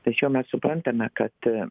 tačiau mes suprantame kad